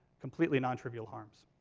completely non-trivial harms.